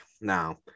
Now